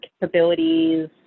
capabilities